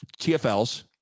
TFLs